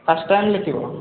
first time ଲେଖିବ